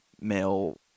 male